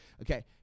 Okay